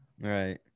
Right